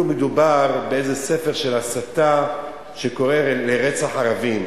מדובר באיזה ספר הסתה שקורא לרצח ערבים.